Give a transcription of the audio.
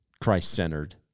Christ-centered